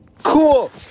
Cool